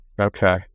Okay